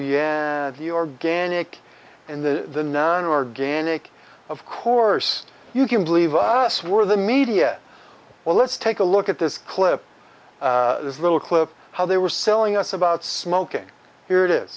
all the organic in the non organic of course you can believe us where the media well let's take a look at this clip this little clip how they were selling us about smoking here it is